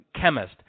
chemist